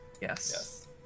Yes